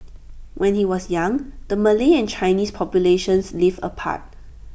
when he was young the Malay and Chinese populations lived apart